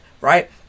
right